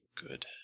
good